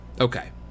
okay